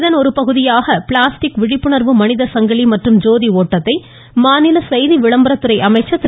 இதன் ஒருபகுதியாக பிளாஸ்டிக் விழிப்புணர்வு மனிதசங்கிலி மற்றும் ஜோதி ஓட்டத்தை மாநில செய்தி விளம்பரத்துறை அமைச்சர் திரு